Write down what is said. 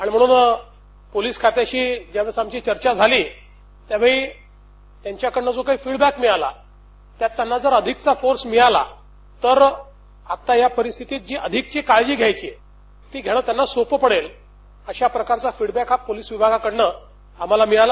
आणि म्हणून ज्यावेळी पोलिस खात्याशी जेव्हा आमची चर्चा झाली त्यावेळी त्याच्याकडन जो काही फिडबॅक मिळाला त्यात त्याना अधिकचा फोर्स मिळाला तर आता या परिस्थितीत अधकची काळजी घ्यायचीय ती घ्यायला त्यांना सोपं पडेल अशा प्रकारचा फिडबॅक हा पोलिस विभागाकडनं आम्हाला मिळाला